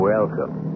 Welcome